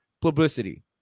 publicity